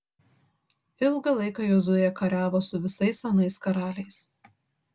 ilgą laiką jozuė kariavo su visais anais karaliais